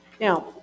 Now